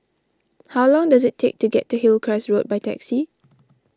how long does it take to get to Hillcrest Road by taxi